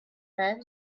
then